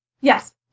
Yes